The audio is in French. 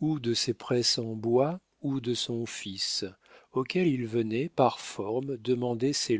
ou de ses presses en bois ou de son fils auquel il venait par forme demander ses